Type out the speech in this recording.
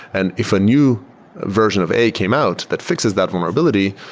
and if a new version of a came out that fixes that vulnerability,